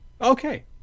Okay